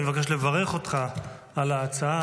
אני מבקש לברך אותך על ההצעה.